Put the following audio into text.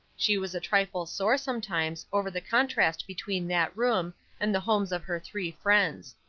she was a trifle sore sometimes over the contrast between that room and the homes of her three friends.